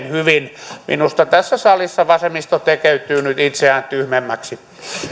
hyvin minusta tässä salissa vasemmisto tekeytyy nyt itseään tyhmemmäksi